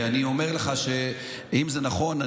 אני אומר לך שאם זה נכון,